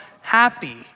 happy